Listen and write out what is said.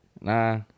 Nah